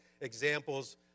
examples